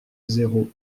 zéro